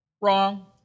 Wrong